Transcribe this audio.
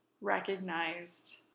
recognized